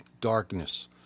darkness